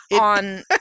on